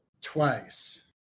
twice